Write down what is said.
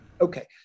Okay